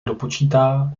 dopočítá